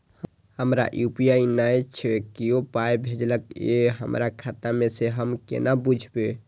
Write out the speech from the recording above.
हमरा यू.पी.आई नय छै कियो पाय भेजलक यै हमरा खाता मे से हम केना बुझबै?